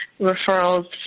referrals